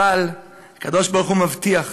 אבל הקדוש-ברוך-הוא מבטיח: